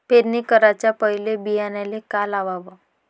पेरणी कराच्या पयले बियान्याले का लावाव?